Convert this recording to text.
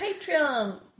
patreon